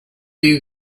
you